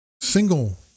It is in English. single